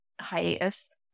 hiatus